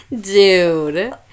dude